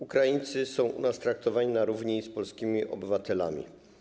Ukraińcy są u nas traktowani na równi z polskimi obywatelami.